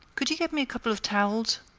could you get me a couple of towels?